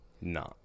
No